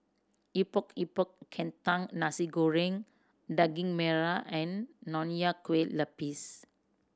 Epok Epok Kentang Nasi Goreng Daging Merah and Nonya Kueh Lapis